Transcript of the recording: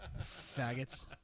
Faggots